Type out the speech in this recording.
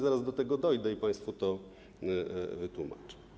Zaraz do tego dojdę i państwu to wytłumaczę.